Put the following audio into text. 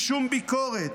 בשום ביקורת,